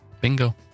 Bingo